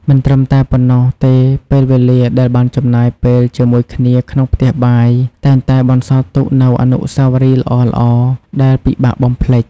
មិនត្រឹមតែប៉ុណ្ណោះទេពេលវេលាដែលបានចំណាយពេលជាមួយគ្នាក្នុងផ្ទះបាយ តែងតែបន្សល់ទុកនូវអនុស្សាវរីយ៍ល្អៗ ដែលពិបាកបំភ្លេច ។